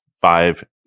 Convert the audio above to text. five